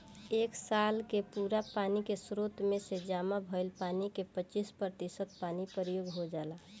एक साल के पूरा पानी के स्रोत में से जामा भईल पानी के पच्चीस प्रतिशत पानी प्रयोग हो जाला